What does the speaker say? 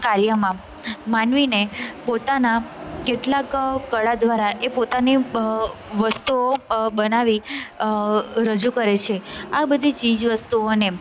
આ કાર્યમાં માનવીને પોતાના કેટલાક કળા દ્વારા એ પોતાની વસ્તુઓ બનાવી રજૂ કરે છે આ બધી ચીજ વસ્તુઓને